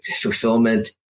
fulfillment